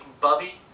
Bubby